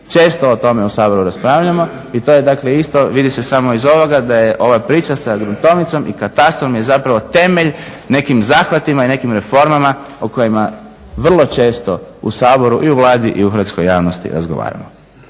Često o tome u Saboru raspravljamo i to je dakle isto, vide se samo iz ovoga da je ova priča sa gruntovnicom i katastrom je zapravo temelj nekim zahvatima i nekim reformama o kojima vrlo često u Saboru, i u Vladi i u hrvatskoj javnosti razgovaramo.